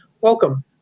Welcome